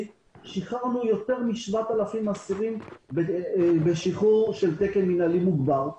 שחררנו יותר מ-7,000 אסירים בשחרור של תקן מינהלי מוגבר.